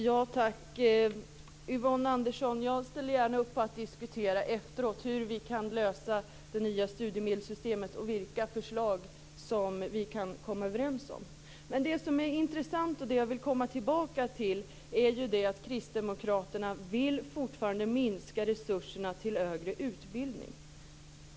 Herr talman! Yvonne Andersson, jag ställer gärna efteråt upp på att diskutera hur vi kan lösa frågorna med anledning av det nya studiemedelssystemet och vilka förslag som vi kan komma överens om. Men det som är intressant och som jag vill komma tillbaka till är att Kristdemokraterna fortfarande vill minska resurserna till högre utbildning.